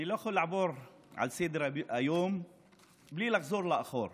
אני לא יכול לעבור לסדר-היום בלי לחזור לאחור.